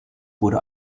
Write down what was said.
wurde